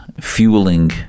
fueling